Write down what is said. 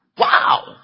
Wow